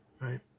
right